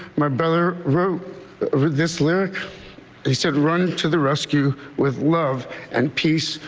my brother road or this letter. they said run to the rescue with love and peace.